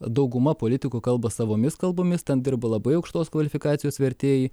dauguma politikų kalba savomis kalbomis ten dirba labai aukštos kvalifikacijos vertėjai